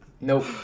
Nope